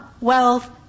wealth